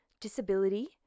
disability